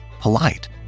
polite